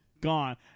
gone